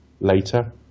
later